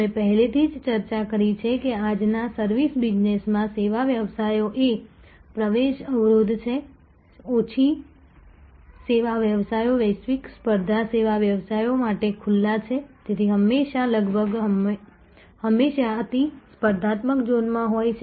અમે પહેલેથી જ ચર્ચા કરી છે કે આજ ના સર્વિસ બિઝનેસ માં સેવા વ્યવસાયો એ પ્રવેશ અવરોધ છે ઓછી સેવા વ્યવસાયો વૈશ્વિક સ્પર્ધા સેવા વ્યવસાયો માટે ખુલ્લા છે તેથી હંમેશા લગભગ હંમેશા અતિ સ્પર્ધાત્મક ઝોનમાં હોય છે